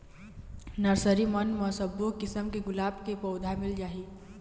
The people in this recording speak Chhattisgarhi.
नरसरी मन म सब्बो किसम के गुलाब के पउधा मिल जाही